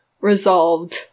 resolved